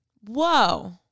Whoa